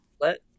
let